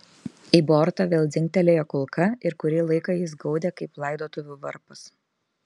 į bortą vėl dzingtelėjo kulka ir kurį laiką jis gaudė kaip laidotuvių varpas